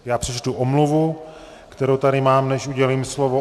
Já přečtu omluvu, kterou tady mám, než udělím slovo.